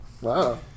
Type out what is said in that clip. Wow